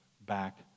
back